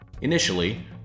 initially